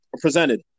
presented